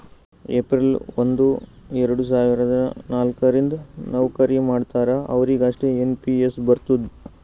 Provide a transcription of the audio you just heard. April ಒಂದು ಎರಡ ಸಾವಿರದ ನಾಲ್ಕ ರಿಂದ್ ನವ್ಕರಿ ಮಾಡ್ತಾರ ಅವ್ರಿಗ್ ಅಷ್ಟೇ ಎನ್ ಪಿ ಎಸ್ ಬರ್ತುದ್